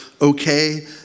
okay